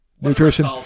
Nutrition